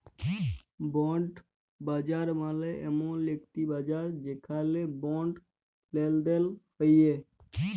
bond বাজার মালে এমল একটি বাজার যেখালে বন্ড লেলদেল হ্য়েয়